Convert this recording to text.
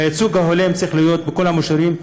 והייצוג ההולם צריך להיות בכל המישורים,